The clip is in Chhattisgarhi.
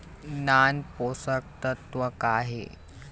नान पोषकतत्व का हे?